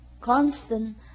constant